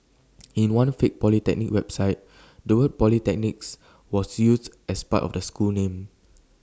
in one fake polytechnic website the word polytechnics was used as part of the school name